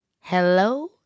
Hello